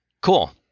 Cool